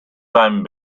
seinem